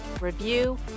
review